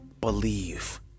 believe